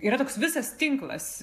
yra toks visas tinklas